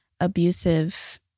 abusive